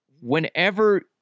whenever